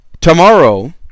tomorrow